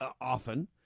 often